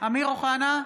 אמיר אוחנה,